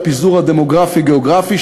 הפיזור הדמוגרפי-גיאוגרפי,